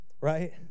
right